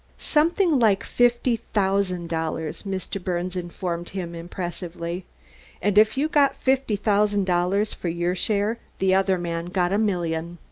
something like fifty thousand dollars, mr. birnes informed him impressively and if you got fifty thousand dollars for your share the other man got a million.